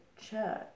church